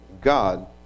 God